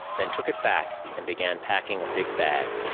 then took it back and began packing a big bag.